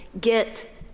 get